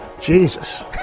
Jesus